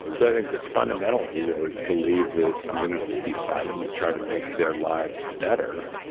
but i think that fundamentally they believe that i'm going to be fighting to try to make their lives better.